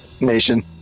Nation